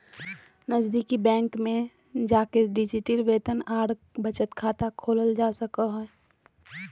नजीदीकि बैंक शाखा में जाके डिजिटल वेतन आर बचत खाता खोलल जा सको हय